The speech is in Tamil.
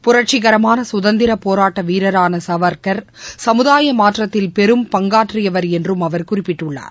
புரட்சிகரமான சுதந்திரப் போராட்ட வீரரான சாவா்கா் சமுதாய மாற்றத்தில் பெரும் பங்காற்றியவர் என்றும் அவர் குறிப்பிட்டுள்ளார்